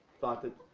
thought that,